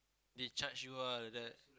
they charge you ah like that